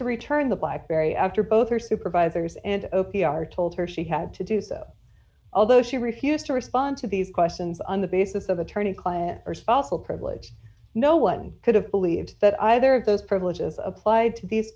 to return the blackberry after both her supervisors and opi are told her she had to do so although she refused to respond to these questions on the basis of attorney client or spousal privilege no one could have believed that either of those privileges applied to these